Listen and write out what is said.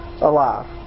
alive